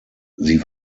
sie